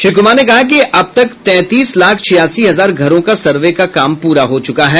श्री कुमार ने कहा कि अब तक तैंतीस लाख छियासी हजार घरों का सर्वे का काम पूरा हो चुका है